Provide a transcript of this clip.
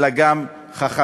אלא גם חכמים,